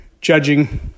judging